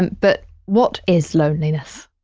but what is loneliness?